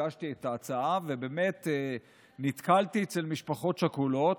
הגשתי את ההצעה ובאמת נתקלתי אצל משפחות שכולות,